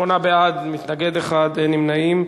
שמונה בעד, מתנגד אחד, אין נמנעים.